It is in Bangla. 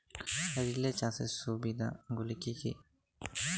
রিলে চাষের সুবিধা গুলি কি কি?